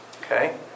Okay